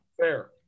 Fair